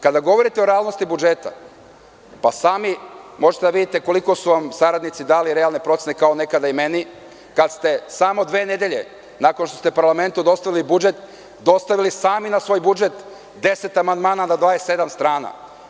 Kada govorite o realnosti budžeta, sami možete da vidite koliko su vam saradnici dali realne procene, kao nekada i meni, kada ste samo dve nedelje nakon što ste parlamentu dostavili budžet, dostavili sami na svoj budžet 10 amandmana na 27 strana.